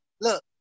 Look